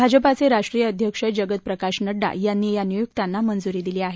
भाजपाचे राष्ट्रीय अध्यक्ष जगत प्रकाश नड्डा यांनी या नियुक्त्यांना मंजुरी दिली आहे